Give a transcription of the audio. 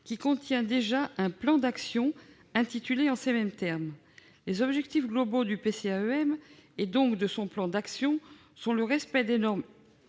qui contient déjà un plan d'action intitulé en ces mêmes termes. Les objectifs globaux du PCAEM, et donc de son plan d'action, sont le respect des normes